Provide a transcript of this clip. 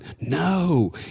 no